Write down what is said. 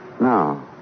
No